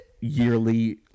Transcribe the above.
yearly